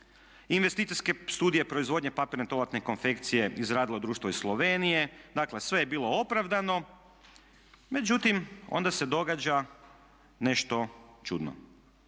Investicijske studije proizvodnje papirne toaletne konfekcije izradilo je društvo iz Slovenije. Dakle, sve je bilo opravdano međutim onda se događa nešto čudno.